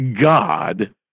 God